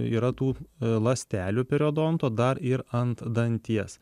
yra tų ląstelių periodonto dar ir ant danties